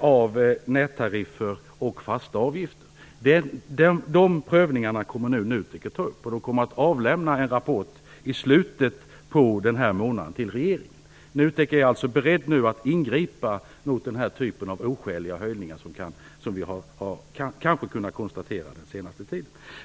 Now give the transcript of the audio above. av nättariffer och fasta avgifter. NUTEK kommer nu att pröva dessa höjningar, och avlämna en rapport till regeringen i slutet av månaden. Nutek är berett att ingripa mot denna typ av oskäliga höjningar som kanske har kunnat konstateras under den senaste tiden.